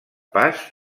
pas